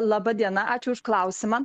laba diena ačiū už klausimą